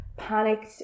panicked